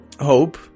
hope